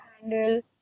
handle